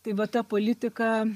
tai va ta politika